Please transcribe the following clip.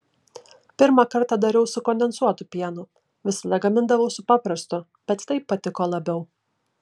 pirmą kartą dariau su kondensuotu pienu visada gamindavau su paprastu bet taip patiko labiau